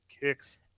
kicks